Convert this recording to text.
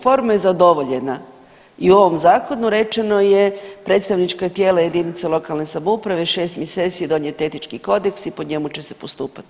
Forma je zadovoljena i u ovom zakonu rečeno je predstavnička tijela jedinica lokalne samouprave šest mjeseci donijet etički kodeks i po njemu će se postupat.